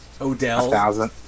Odell